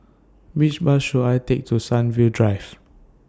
Which Bus should I Take to Sunview Drive